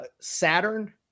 saturn